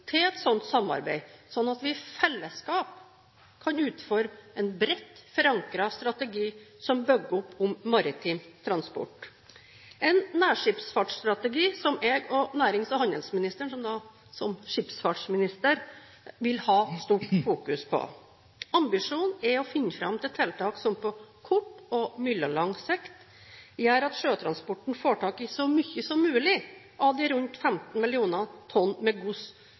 til et sånt samarbeid, slik at vi i fellesskap kan utforme en bredt forankret strategi som bygger opp om maritim transport – en nærskipsfartsstrategi som jeg og nærings- og handelsministeren, som skipsfartsminister, vil ha stort fokus på. Ambisjonen er å finne fram til tiltak som på kort og mellomlang sikt gjør at sjøtransporten får tak i så mye som mulig av de rundt 15 mill. tonn med gods